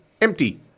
empty